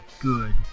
good